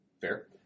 Fair